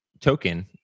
token